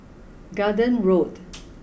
Garden Road